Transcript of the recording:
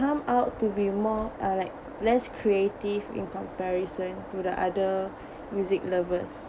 come out to be more or like less creative in comparison to the other music lovers